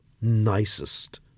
nicest